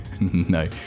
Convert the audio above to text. no